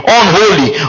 unholy